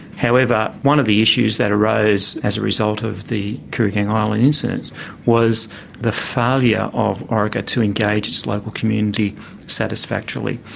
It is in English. however, one of the issues that arose as a result of the kooragang island incident was the failure of orica to engage its local community satisfactorily,